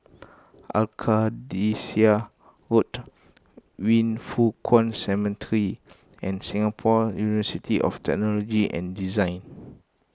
Arcadia Road Yin Foh Kuan Cemetery and Singapore University of Technology and Design